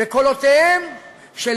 בקולותיהם של